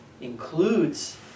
includes